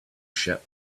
ship